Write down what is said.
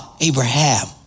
Abraham